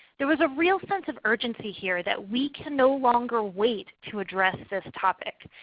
there was a real sense of urgency here that we can no longer wait to address this topic.